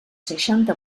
seixanta